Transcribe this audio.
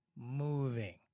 moving